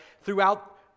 throughout